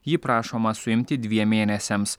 jį prašoma suimti dviem mėnesiams